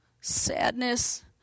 sadness